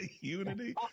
Unity